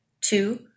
Two